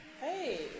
Hey